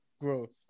Growth